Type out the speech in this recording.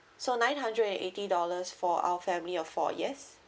so nine hundred and eighty dollars for our family of four yes